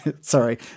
Sorry